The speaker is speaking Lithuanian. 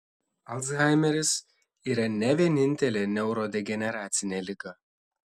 alzheimeris yra ne vienintelė neurodegeneracinė liga